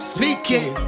Speaking